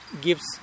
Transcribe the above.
gives